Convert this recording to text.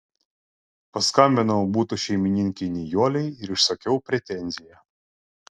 paskambinau buto šeimininkei nijolei ir išsakiau pretenziją